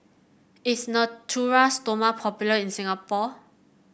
is Natura Stoma popular in Singapore